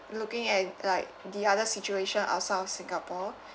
looking at like the other situation outside of singapore